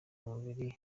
umubiri